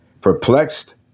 perplexed